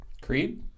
Creed